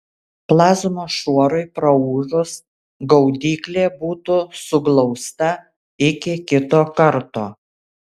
plazmos šuorui praūžus gaudyklė būtų suglausta iki kito karto